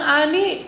ani